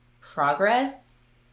progress